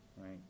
right